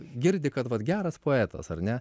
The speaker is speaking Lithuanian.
girdi kad vat geras poetas ar ne